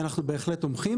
אנחנו בהחלט תומכים,